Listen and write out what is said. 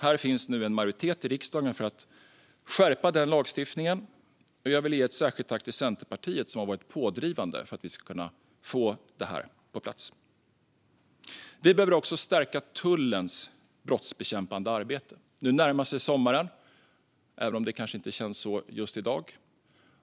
Det finns nu en majoritet i riksdagen för att skärpa den lagstiftningen. Jag vill ge ett särskilt tack till Centerpartiet, som har varit pådrivande för att vi ska kunna få detta på plats. Vi behöver också stärka tullens brottsbekämpande arbete. Nu närmar sig sommaren, även om det kanske inte känns så just i dag.